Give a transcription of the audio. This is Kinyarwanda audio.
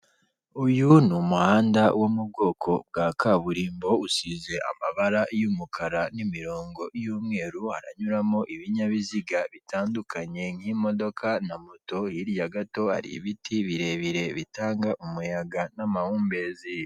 Uyu ni umuhanda wo mu bwoko bwa kaburimbo, usize amabara y'umukara n'imirongo y'umweru, haranyuramo ibinyabiziga bitandukanye nk'imodoka na moto, hirya gato hari ibiti birebire bitanga umuyaga n'amahumbezi.